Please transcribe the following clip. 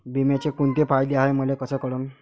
बिम्याचे कुंते फायदे हाय मले कस कळन?